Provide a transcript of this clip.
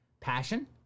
Passion